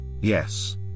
Yes